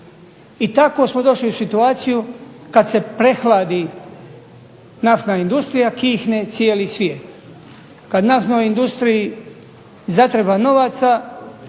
I tako smo došli u situaciju kad se prehladi naftna industrija kihne cijeli svijet, kad naftnoj industriji zatreba novaca